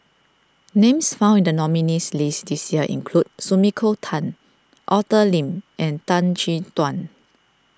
names found in the nominees' list this year include Sumiko Tan Arthur Lim and Tan Chin Tuan